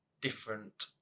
Different